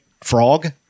frog